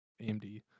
AMD